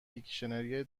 دیکشنری